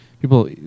People